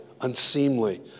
unseemly